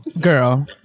girl